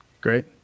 Great